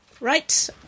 Right